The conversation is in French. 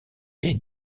est